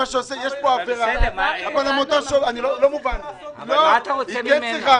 יש פה עבירה --- מה אתה רוצה ממנה?